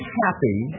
happy